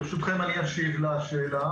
ברשותכם, אני אשיב לשאלה